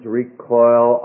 recoil